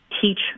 Teach